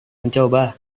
mencoba